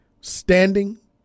Standing